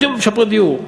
משפרי דיור.